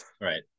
Right